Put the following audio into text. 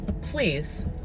please